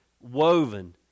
woven